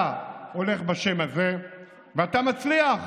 אתה הולך בשם הזה ואתה מצליח,